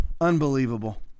unbelievable